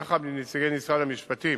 יחד עם נציגי משרד המשפטים,